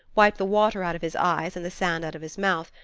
wipe the water out of his eyes and the sand out of his mouth,